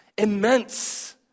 Immense